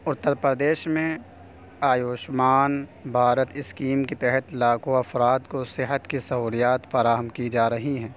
اتّر پردیش میں آیوشمان بھارت اسکیم کے تحت لاکھوں افراد کو صحت کی سہولیات فراہم کی جا رہی ہیں